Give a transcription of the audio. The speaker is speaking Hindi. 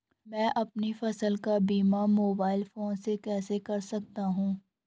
मैं अपनी फसल का बीमा मोबाइल फोन से कैसे कर सकता हूँ?